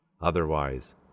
Otherwise